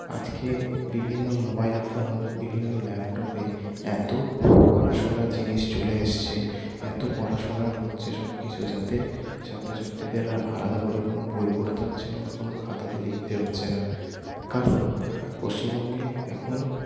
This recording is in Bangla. আজকে বিভিন্ন মোবাইল ফোন বিভিন্ন ল্যাপটপে এত পড়াশোনার জিনিস চলে এসছে এত পড়াশোনার হচ্ছে সবকিছু যাতে ছাত্রছাত্রীদের আর আলাদা করে কোনো বই পড়তে হচ্ছে না বা কোনো খাতাতে লিখতে হচ্ছে না কারণ পশ্চিমবঙ্গে এখন